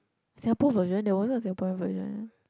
Singapore's version there wasn't a Singaporean version